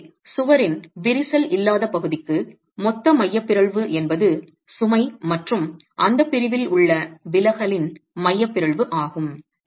எனவே சுவரின் விரிசல் இல்லாத பகுதிக்கு மொத்த மையப் பிறழ்வு என்பது சுமை மற்றும் அந்த பிரிவில் உள்ள விலகலின் மையப் பிறழ்வு ஆகும்